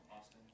Austin